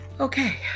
Okay